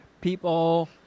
people